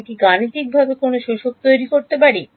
আমি কি গাণিতিকভাবে কোনও শোষক তৈরি করতে পারি